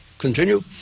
continue